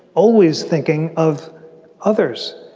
always thinking of others.